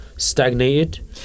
Stagnated